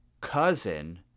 cousin